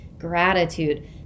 Gratitude